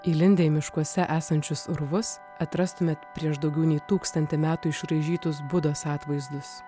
įlindę į miškuose esančius urvus atrastumėt prieš daugiau nei tūkstantį metų išraižytus budos atvaizdus